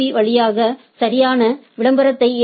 பீ வழிகளை சரியாக விளம்பரப்படுத்த ஏ